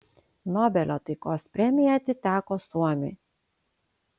nobelio taikos premija atiteko suomiui